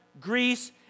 Greece